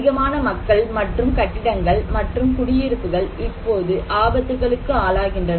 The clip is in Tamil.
அதிகமான மக்கள் மற்றும் கட்டிடங்கள் மற்றும் குடியிருப்புகள் இப்போது ஆபத்துகளுக்கு ஆளாகின்றன